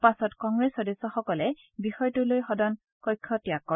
পাছত কংগ্ৰেছ সদস্যসকলে বিষয়টোলৈ সদন কক্ষ ত্যাগ কৰে